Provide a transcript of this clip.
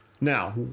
Now